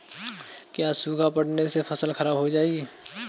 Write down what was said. क्या सूखा पड़ने से फसल खराब हो जाएगी?